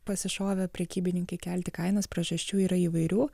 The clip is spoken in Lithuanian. pasišovė prekybininkai kelti kainas priežasčių yra įvairių